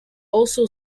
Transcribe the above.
also